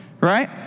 right